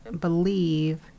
believe